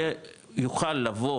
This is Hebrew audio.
יוכל לבוא